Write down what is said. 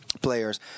players